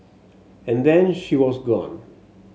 and then she was gone